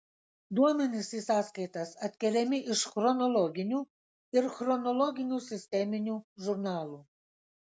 duomenys į sąskaitas atkeliami iš chronologinių ir chronologinių sisteminių žurnalų